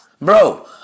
Bro